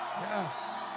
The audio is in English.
Yes